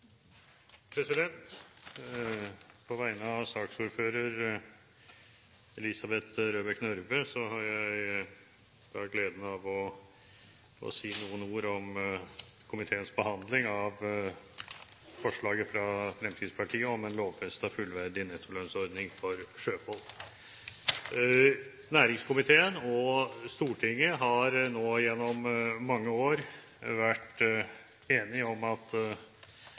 vedtatt. På vegne av saksordfører Elisabeth Røbekk Nørve har jeg gleden av å si noen ord om komiteens behandling av forslaget fra Fremskrittspartiet om en lovfestet, fullverdig nettolønnsordning for sjøfolk. Næringskomiteen og Stortinget har nå gjennom mange år vært enige om at